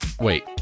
Wait